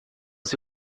sie